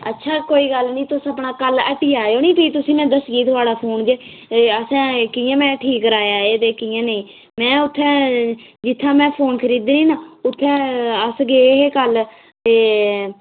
अच्छा कोई गल्ल नेईं तुस अपना कल हट्टियै आएयो नी फ्ही में तुसेंगी दसगी थुआढ़ा फोन ते असें कियां में ठीक कराया एह् ते कि'यां नेईं में उत्थे जित्थें में फ़ोन खरीदेआ नी उत्थें अस गे हे कल